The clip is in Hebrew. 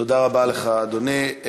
תודה רבה לך, אדוני.